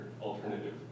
alternative